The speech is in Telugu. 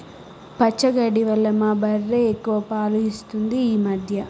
పచ్చగడ్డి వల్ల మా బర్రె ఎక్కువ పాలు ఇస్తుంది ఈ మధ్య